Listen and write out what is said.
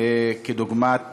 כדוגמת